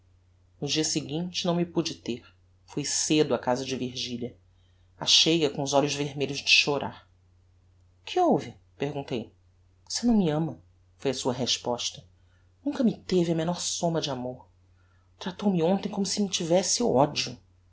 no dia seguinte não me pude ter fui cedo á casa de virgilia achei-a com os olhos vermelhos de chorar que houve perguntei você não me ama foi a sua resposta nunca me teve a menor somma de amor tratou-me hontem como se me tivesse odio